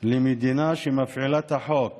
למדינה שמפעילה את החוק